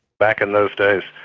back in those days